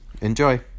enjoy